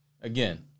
again